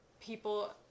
people